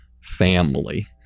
family